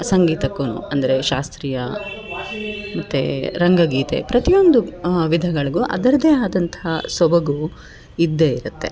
ಸಂಗೀತಕ್ಕೂ ಅಂದರೆ ಶಾಸ್ತ್ರೀಯ ಮತ್ತು ರಂಗ ಗೀತೆ ಪ್ರತಿಯೊಂದು ವಿಧಗಳಿಗೂ ಅದರದೇ ಆದಂತಹ ಸೊಬಗು ಇದ್ದೇ ಇರುತ್ತೆ